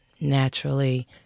naturally